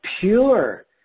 pure